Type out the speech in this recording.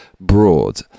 broad